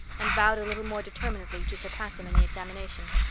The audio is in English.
and vowed a little more determinedly to surpass him in the examination.